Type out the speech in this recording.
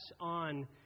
on